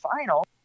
final